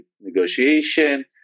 negotiation